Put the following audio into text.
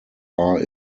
are